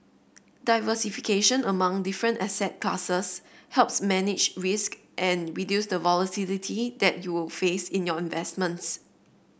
diversification among different asset classes helps manage risk and reduce the volatility that you will face in your investments